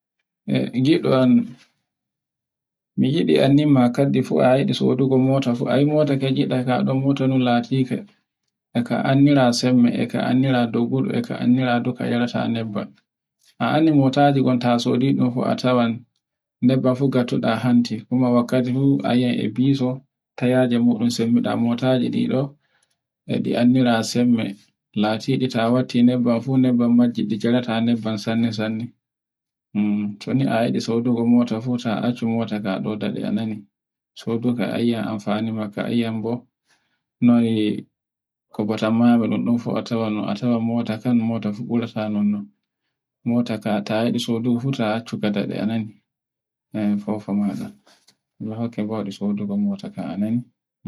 E giɗo am mi yiɗi andinma kaɗi fu a yiɗi soduko mota, ayi mota kan yiɗa laika, e ka anndira sembe, e ka anndira doggu e ka annira ka yaraata nebban. A annsi mataji ɗin ta sodi ɗi fu a tawan nebban fu ngaɗɗata hante, kuma wakkatu fu a yi ai e bizo, kayaje muɗum sembiɗa motaji ɗiɗo tayaje muɗum sembiɗa, motaji ɗiɗo e anndira sembe, latiɗi ta watti nebban fu, nebban majji ɗi jarata nebban sanne-sanne to ni a yiɗi sodugo mota fu ta accu motanga dadu a naani, soduka ayiay amfani maga, a yiay mbo noy kobatammadun a tawai mota fu burata non, mota fu ta yidi accuka dade anani. Alla hokku bawde sodogo motawan ngan anani